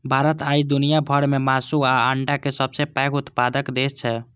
भारत आइ दुनिया भर मे मासु आ अंडाक सबसं पैघ उत्पादक देश छै